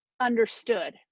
understood